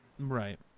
Right